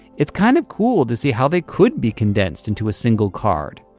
it's kind of cool to see how they could be condensed into a single card.